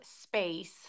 space